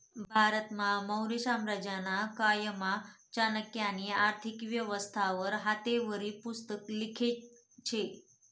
भारतमा मौर्य साम्राज्यना कायमा चाणक्यनी आर्थिक व्यवस्था वर हातेवरी पुस्तक लिखेल शे